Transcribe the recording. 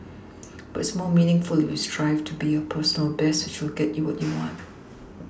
but it's more meaningful if you strive to be your personal best which will get you what you want